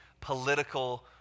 political